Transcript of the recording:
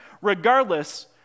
Regardless